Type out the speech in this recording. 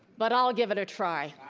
but i'll give it a try.